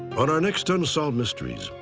on our next unsolved mysteries,